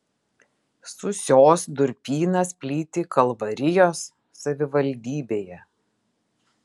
sūsios durpynas plyti kalvarijos savivaldybėje